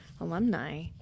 alumni